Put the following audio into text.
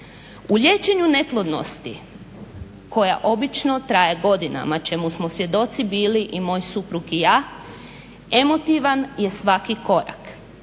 U liječenju neplodnosti koja obično traje godinama čemu smo svjedoci bili i moj suprug i ja, emotivan je svaki korak.